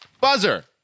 Buzzer